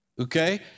Okay